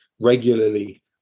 regularly